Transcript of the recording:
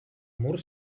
mur